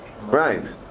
Right